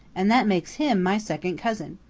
and that makes him my second cousin.